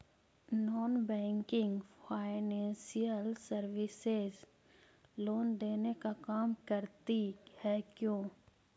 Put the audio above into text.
Non banking financial services loan देने का काम करती है क्यू?